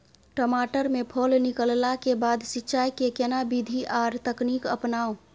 टमाटर में फल निकलला के बाद सिंचाई के केना विधी आर तकनीक अपनाऊ?